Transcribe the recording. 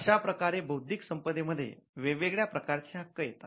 अशाप्रकारे बौद्धिक संपदे मध्ये वेगवेगळ्या प्रकारचे हक्क येतात